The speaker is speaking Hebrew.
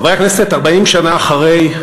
חברי הכנסת, 40 שנה אחרי,